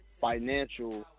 financial